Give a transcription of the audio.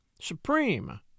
supreme